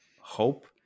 hope